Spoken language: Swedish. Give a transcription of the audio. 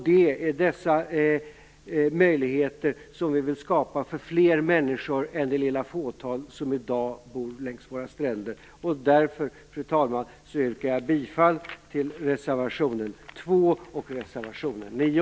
Det är dessa möjligheter som vi vill skapa för fler människor än det lilla fåtal som i dag bor längs våra stränder. Därför, fru talman, yrkar jag bifall till reservationen 2 och reservationen 9.